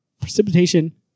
Precipitation